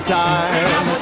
time